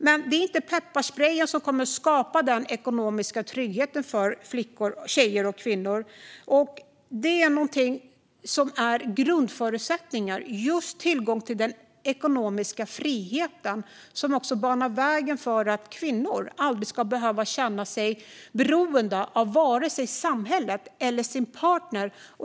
Men det är inte pepparsprejen som kommer att skapa den ekonomiska tryggheten för tjejer och kvinnor. Det är något som är en av grundförutsättningarna, just tillgången till den ekonomiska friheten. Den banar vägen för att kvinnor aldrig ska behöva känna sig beroende av vare sig samhället eller sin partner.